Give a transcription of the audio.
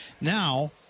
Now